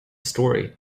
story